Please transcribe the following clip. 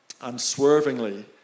unswervingly